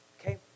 Okay